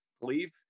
believe